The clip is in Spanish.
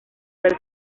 del